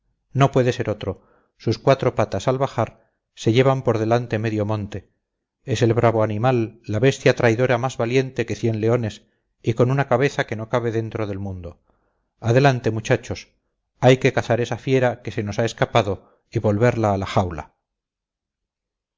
no puede ser otro sus cuatro patas al bajar se llevan por delante medio monte es el bravo animal la bestia traidora más valiente que cien leones y con una cabeza que no cabe dentro del mundo adelante muchachos hay que cazar esa fiera que se nos ha escapado y volverla a la jaula